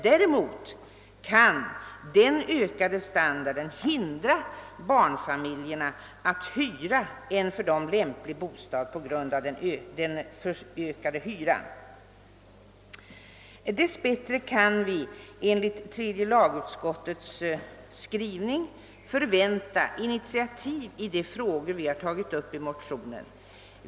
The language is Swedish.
Däremot kan den ökade standarden hindra barnfamiljerna att hyra en för dem lämplig bostad på grund av den ökade hyran. Dess bättre kan vi enligt tredje lagutskottets skrivning förvänta initiativ i de frågor vi har tagit upp i motionen.